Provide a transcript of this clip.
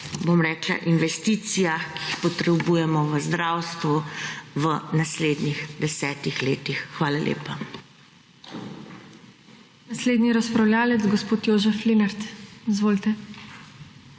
bom rekla investicijah, ki jih potrebujemo v zdravstvu v naslednjih desetih letih. Hvala lepa.